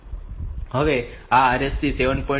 હવે આ RST 7